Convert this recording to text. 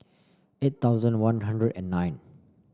eight thousand One Hundred and nine